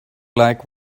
like